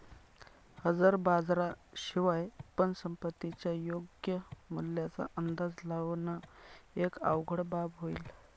हजर बाजारा शिवाय पण संपत्तीच्या योग्य मूल्याचा अंदाज लावण एक अवघड बाब होईल